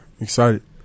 excited